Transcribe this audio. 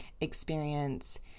experience